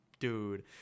Dude